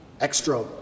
extra